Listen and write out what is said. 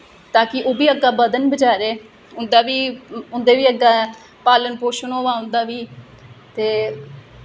ताकि ओह् बी अग्गें बधन बचैरे उं'दा बी उं'दा बी अग्गें पालन पोषण होऐ उं'दा बी ते